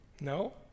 No